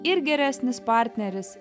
ir geresnis partneris